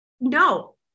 no